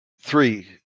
three